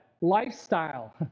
lifestyle